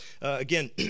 Again